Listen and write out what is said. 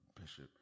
Bishop